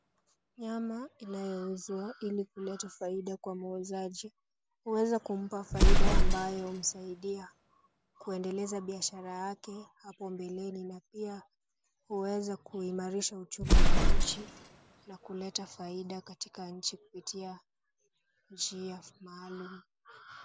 Nyama inayouzwa ili kuleta faida kwa muuzaji. Huweza kumpa faida ambayo humsaidia kuendeleza biashara yake hapo mbeleni na pia huweza kuimarisha uchumi wa nchi na kuleta faida katika nchi kupitia njia maalum.